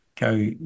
go